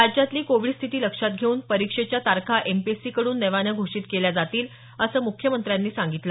राज्यातली कोविड स्थिती लक्षात घेऊन परीक्षेच्या तारखा एमपीएससीकडून नव्यानं घोषित केल्या जातील असं मुख्यमंत्र्यांनी सांगितलं